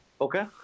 Okay